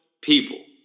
people